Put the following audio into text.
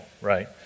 right